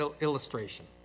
illustration